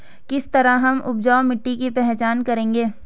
किस तरह हम उपजाऊ मिट्टी की पहचान करेंगे?